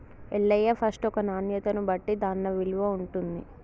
Ellaiah first ఒక నాణ్యతను బట్టి దాన్న విలువ ఉంటుంది